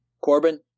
Corbin